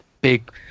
big